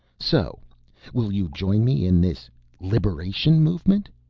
so will you join me in this liberation movement?